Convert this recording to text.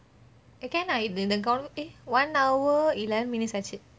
can lah if they eh one hour eleven minutes ஆச்சு:aachu